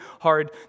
hard